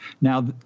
Now